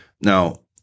Now